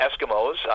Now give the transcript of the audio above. Eskimos